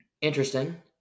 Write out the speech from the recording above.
Interesting